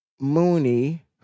Mooney